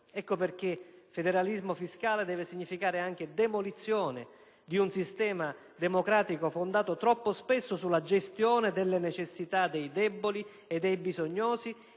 Ecco perché federalismo fiscale deve significare anche demolizione di un sistema democratico fondato troppo spesso sulla gestione delle necessità dei deboli e dei bisognosi